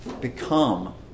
become